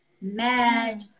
mad